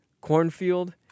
cornfield